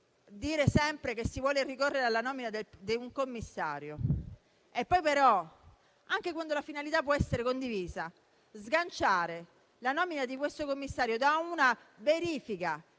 dire sempre che si vuole ricorrere alla nomina di un commissario e poi però, anche quando la finalità può essere condivisa, sganciare tale nomina da una verifica